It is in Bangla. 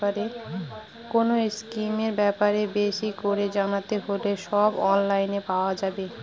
কোনো স্কিমের ব্যাপারে বেশি করে জানতে হলে সব অনলাইনে পাওয়া যাবে